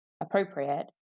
appropriate